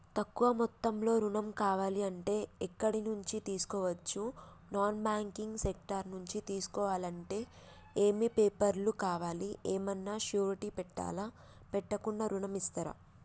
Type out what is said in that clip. తక్కువ మొత్తంలో ఋణం కావాలి అంటే ఎక్కడి నుంచి తీసుకోవచ్చు? నాన్ బ్యాంకింగ్ సెక్టార్ నుంచి తీసుకోవాలంటే ఏమి పేపర్ లు కావాలి? ఏమన్నా షూరిటీ పెట్టాలా? పెట్టకుండా ఋణం ఇస్తరా?